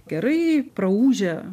gerai praūžę